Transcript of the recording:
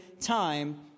time